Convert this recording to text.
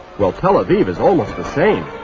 well, tel aviv is almost the same.